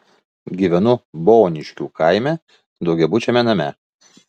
gyvenu boniškių kaime daugiabučiame name